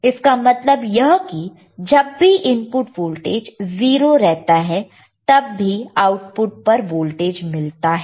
इसका मतलब यह कि जब भी इनपुट वोल्टेज 0 रहता है तब भी आउटपुट पर वोल्टेज मिलता है